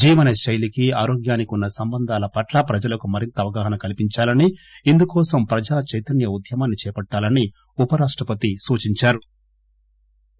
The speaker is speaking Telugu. జీవనశైలికీ ఆరోగ్యానికీ ఉన్న సంబంధాల పట్ల ప్రజలకు మరింత అవగాహన కల్పించాలని ఇందుకోసం ప్రజా చైతన్య ఉద్యమాన్ని చేపట్టాలనీ ఉప రాష్టపతి సూచించారు